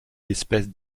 d’espèces